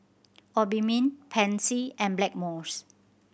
Obimin Pansy and Blackmores